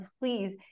please